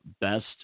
best